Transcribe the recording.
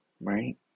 right